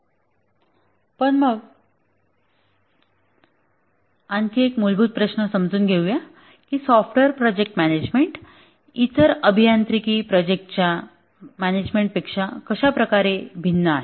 पण मग आणखी एक मूलभूत प्रश्न समजून घेऊया की सॉफ्टवेअर प्रोजेक्ट मॅनेजमेंट इतर अभियांत्रिकी प्रोजेक्टच्या मॅनेजमेंटपेक्षा कशाप्रकारे भिन्न आहे